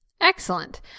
Excellent